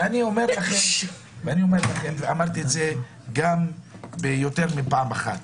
אני אומר לכם, ואמרתי את זה יותר מפעם אחת,